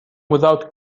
without